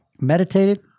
meditated